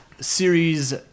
series